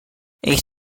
ich